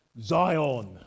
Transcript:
Zion